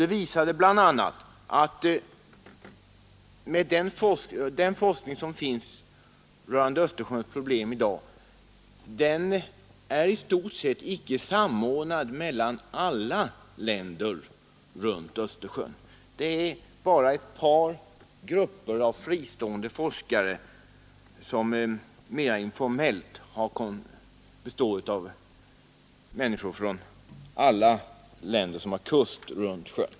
Det visar sig bl.a. att den forskning som pågår rörande Östersjöns problem i dag i stort sett icke är samordnad mellan alla länder runt Östersjön. Det finns bara ett par informella grupper som består av fristående forskare från alla länder som har kust runt Östersjön.